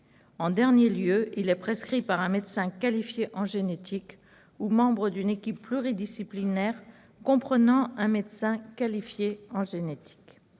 En dernier lieu, il est prescrit par un médecin qualifié en génétique ou membre d'une équipe pluridisciplinaire comprenant un médecin qualifié en génétique.